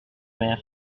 mère